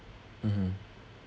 mmhmm